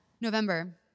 November